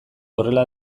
horrela